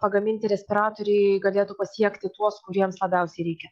pagaminti respiratoriai galėtų pasiekti tuos kuriems labiausiai reikia